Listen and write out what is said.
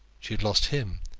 she had lost him.